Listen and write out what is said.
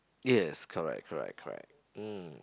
yes correct correct correct mm